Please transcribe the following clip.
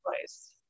place